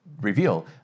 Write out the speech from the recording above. reveal